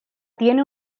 tiene